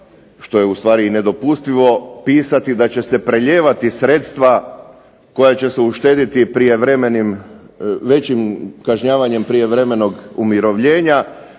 što je ustvari i nedopustivo, pisati da će se prelijevati sredstva koja će se uštediti većim kažnjavanjem prijevremenog umirovljenja